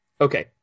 Okay